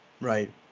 Right